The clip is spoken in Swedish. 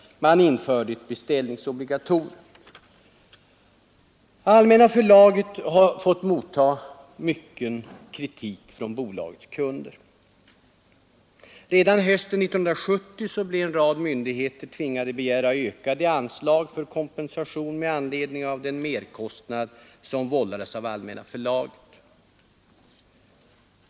Man införde ett beställningsobligatorium. Allmänna förlaget har fått motta mycken kritik från bolagets kunder. Redan hösten 1970 blev en rad myndigheter tvingade att begära ökade anslag för kompensation av den merkostnad som vållades av Allmänna förlaget.